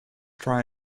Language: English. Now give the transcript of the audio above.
try